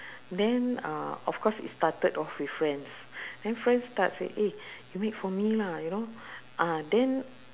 then uh of course it started off with friends then friends start say eh you make for me lah you know ah then